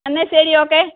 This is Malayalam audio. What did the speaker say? എന്നാൽ ശരി ഓക്കേ